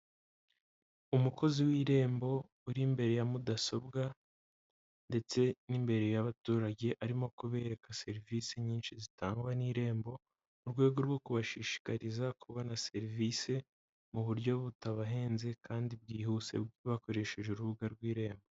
Umukozi w'irembo uri imbere ya mudasobwa ndetse n'imbere y'abaturage arimo kubereka serivisi nyinshi zitangwa n'irembo mu rwego rwo kubashishikariza kubona serivisi mu buryo butabahenze kandi bwihuse bakoresheje urubuga rw'irembo.